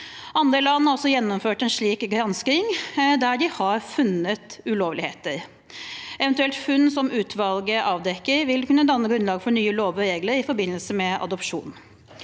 Andre land har også gjennomført en slik gransking, der man har funnet ulovligheter. Eventuelle funn som utvalget avdekker, vil kunne danne grunnlag for nye lover og regler i forbindelse med adopsjon.